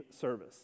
service